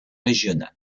régional